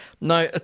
Now